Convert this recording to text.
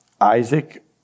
Isaac